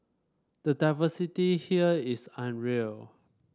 the diversity here is unreal